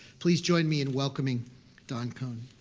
please join me in welcoming don kohn.